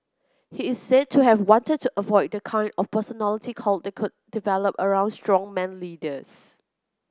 he is said to have wanted to avoid the kind of personality cult that could develop around strongman leaders